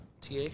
TA